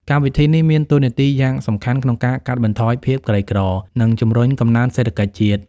កម្មវិធីនេះមានតួនាទីយ៉ាងសំខាន់ក្នុងការកាត់បន្ថយភាពក្រីក្រ និងជំរុញកំណើនសេដ្ឋកិច្ចជាតិ។